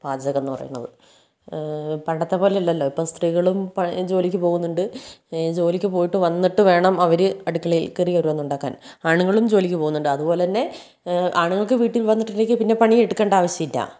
പാചകം എന്ന് പറയണത് പണ്ടത്തെപ്പോലെ അല്ലല്ലോ ഇപ്പം സ്ത്രീകളും ജോലിയ്ക്ക് പോകുന്നുണ്ട് ജോലിയ്ക്ക് പോയിട്ട് വന്നിട്ട് വേണം അവർ അടുക്കളയിൽ കയറി ഓരോന്ന് ഉണ്ടാക്കാൻ ആണുങ്ങളും ജോലിയ്ക്ക് പോകുന്നുണ്ട് അതുപോലെതന്നെ ആണുങ്ങൾക്ക് വീട്ടിൽ വന്നിട്ട് പിന്നെ പണിയെടുക്കേണ്ട ആവിശ്യം ഇല്ല